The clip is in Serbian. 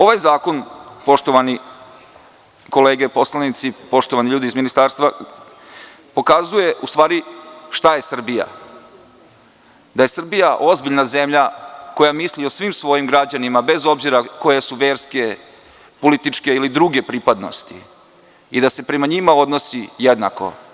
Ovaj zakon, poštovani kolege poslanici, poštovani ljudi iz Ministarstva, pokazuje u stvari šta je Srbija, da je Srbija ozbiljna zemlja koja misli o svim svojim građanima, bez obzira koje su verske, političke ili druge pripadnosti, kao i da se prema njima odnosi jednako.